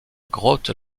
grotte